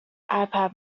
ipad